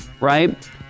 right